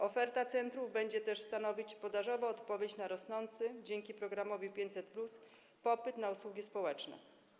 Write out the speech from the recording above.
Oferta centrów będzie też stanowić podażową odpowiedź na rosnący dzięki programowi 500+ popyt na usługi społeczne.